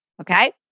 Okay